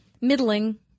Middling